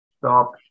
stop